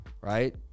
right